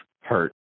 hurt